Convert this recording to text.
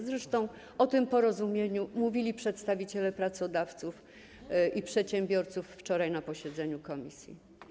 Zresztą o tym porozumieniu mówili przedstawiciele pracodawców i przedsiębiorców wczoraj na posiedzeniu komisji.